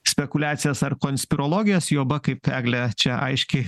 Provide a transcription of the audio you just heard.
spekuliacijas ar konspirologijas juoba kaip eglė čia aiškiai